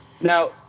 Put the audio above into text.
now